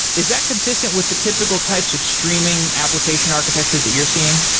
is that consistent with the typical types of streaming application architectures that you're seeing?